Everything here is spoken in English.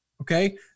Okay